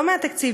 לא מהתקציב,